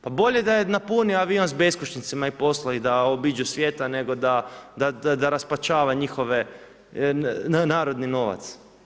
Pa bolje da je napunio avion s beskućnicima i poslao ih da obiđu svijeta nego da raspačava njihove narodni novac.